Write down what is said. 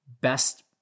best